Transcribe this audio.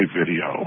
video